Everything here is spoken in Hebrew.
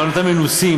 פרלמנטרים מנוסים.